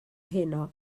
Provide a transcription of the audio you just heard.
heno